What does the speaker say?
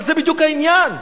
אבל זה בדיוק העניין,